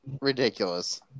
ridiculous